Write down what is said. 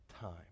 time